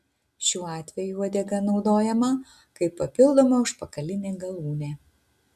šiuo atveju uodega naudojama kaip papildoma užpakalinė galūnė